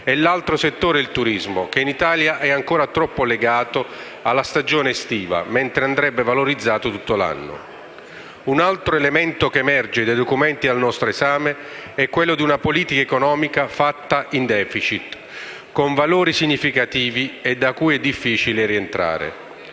e l'altro settore è il turismo che in Italia è ancora troppo legato alla stagione estiva mentre andrebbe valorizzato tutto l'anno. Un altro elemento che emerge dai documenti al nostro esame è una politica economica fatta in *deficit* con valori significativi e da cui è difficile rientrare.